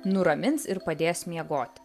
nuramins ir padės miegoti